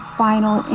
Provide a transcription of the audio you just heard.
final